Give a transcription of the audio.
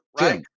right